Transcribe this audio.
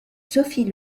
sophie